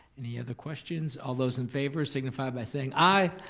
any other questions? all those in favor signify by saying i.